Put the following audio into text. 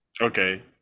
Okay